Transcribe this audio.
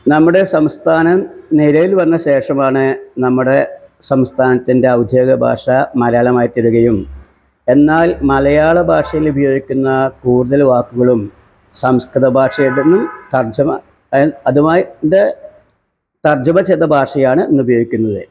നമ്മുടെ സംസ്ഥാനം നിലയിൽ വന്ന ശേഷമാണ് നമ്മുടെ സംസ്ഥാനത്തിൻ്റെ ഔദ്യോഗിക ഭാഷാ മലയാളമായി തീരുകയും എന്നാൽ മലയാള ഭാഷയിലുപയോഗിക്കുന്ന കൂടുതൽ വാക്കുകളും സംസ്കൃത ഭാഷയുടേതു തർജ്ജമ അതിൻ അതുമായി ടെ തർജ്ജമ ചെയ്ത ഭാഷയാണ് ഇന്നുപയോഗിക്കുന്നത്